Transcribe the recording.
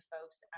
folks